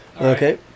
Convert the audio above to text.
Okay